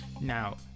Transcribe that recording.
now